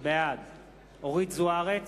בעד אורית זוארץ,